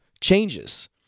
changes